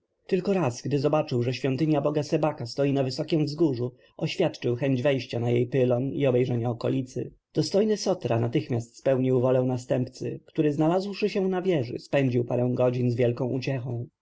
tylko raz gdy zobaczył że świątynia boga sebaka stoi na wysokiem wzgórzu oświadczył chęć wejścia na jej pylon i obejrzenia okolicy dostojny sofra natychmiast spełnił wolę następcy który znalazłszy się na wieży spędził parę godzin z wielką uciechą